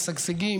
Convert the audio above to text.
משגשגים,